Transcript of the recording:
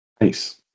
Nice